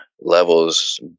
levels